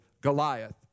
Goliath